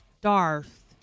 Darth